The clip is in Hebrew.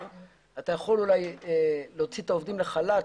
ואתה יכול אולי להוציא את העובדים לחל"ת,